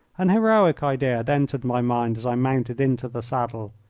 an heroic idea had entered my mind as i mounted into the saddle.